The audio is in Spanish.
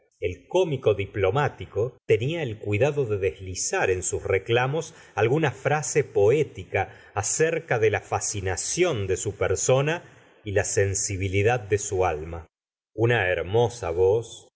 l cómico diplomático tenia el cuidado de deslizar en sus reclamos alguna frase poética acerca de la fascinación de su persona y la sensibilidad de su alma una hermosa voz